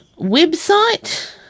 website